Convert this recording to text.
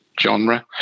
genre